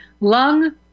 lung